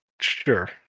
sure